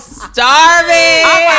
starving